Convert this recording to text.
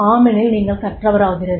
ஆம் எனில் நீங்கள் கற்றவர் ஆகிறீர்கள்